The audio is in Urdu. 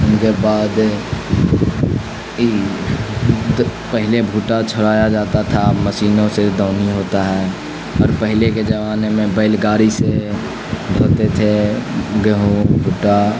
ان کے بعد پہلے بھٹا چھڑایا جاتا تھا اب مشینوں سے دونی ہوتا ہے اور پہلے کے زمانے میں بیل گاڑی سے ڈھوتے تھے گیہوں بھٹا